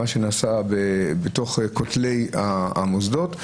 מה שנעשה בתוך כתלי המוסדות.